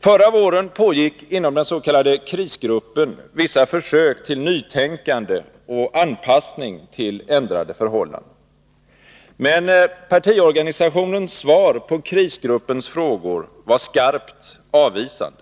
Förra våren pågick inom den s.k. krisgruppen vissa försök till nytänkande och anpassning till ändrade förhållanden. Men partiorganisationens svar på krisgruppens frågor var skarpt avvisande.